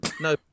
No